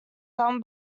done